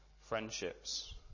friendships